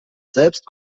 selbst